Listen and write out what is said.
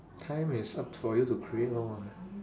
time is up for you to create [one] [what]